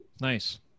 Nice